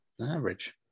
average